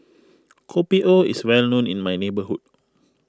Kopi O is well known in my hometown